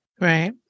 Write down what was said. Right